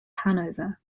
hanover